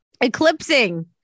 Eclipsing